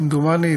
כמדומני,